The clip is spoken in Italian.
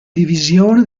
divisione